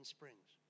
Springs